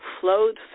flowed